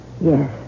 yes